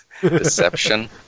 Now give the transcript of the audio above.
Deception